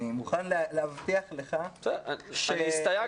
אני מוכן להבטיח לך שמבחינת התזמון -- אני הסתייגתי,